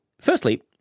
Firstly